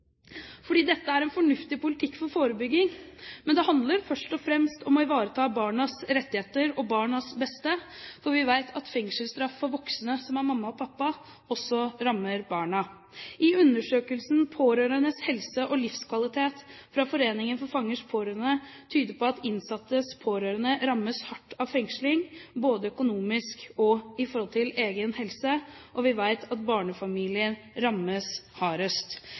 Dette er en fornuftig politikk for forebygging, men det handler først og fremst om å ivareta barnas rettigheter og barnas beste, for vi vet at fengselsstraff for voksne som er mamma og pappa, også rammer barna. Undersøkelsen Pårørendes helse og livskvalitet, fra foreningen For Fangers Pårørende, tyder på at innsattes pårørende rammes hardt av fengsling, både økonomisk og når det gjelder egen helse, og vi vet at barnefamilier rammes hardest.